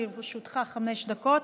לרשותך חמש דקות.